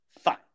fine